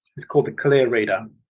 its called the clearreader.